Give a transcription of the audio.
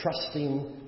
trusting